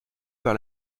par